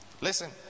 Listen